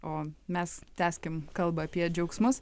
o mes tęskim kalbą apie džiaugsmus